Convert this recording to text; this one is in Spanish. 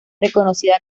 reconocida